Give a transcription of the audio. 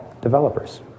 developers